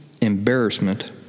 embarrassment